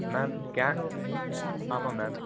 ma'am ஸ்கேனும் ஆமாம் ma'am